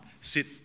sit